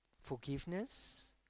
forgiveness